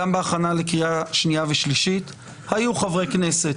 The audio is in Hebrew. גם בהכנה לקריאה שנייה ושלישית היו חברי כנסת